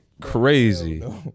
Crazy